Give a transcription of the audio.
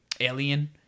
Alien